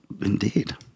Indeed